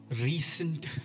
recent